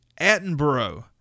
Attenborough